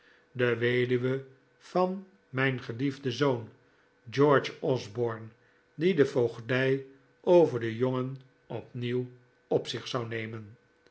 de weduwe van mijn geliefden zoon george osborne die de voogdij over den jongen opnieuw op zich zou nemen